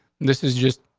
this is just,